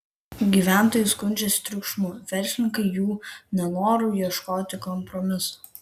gyventojai skundžiasi triukšmu verslininkai jų nenoru ieškoti kompromiso